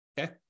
Okay